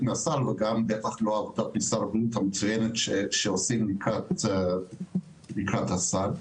הסל וגם לא את עבודת משרד הבריאות שעושים עבודה מצוינת לקראת וועדת הסל,